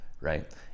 right